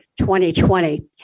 2020